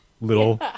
little